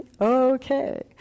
okay